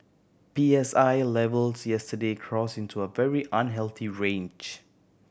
P S I levels yesterday crossed into a very unhealthy range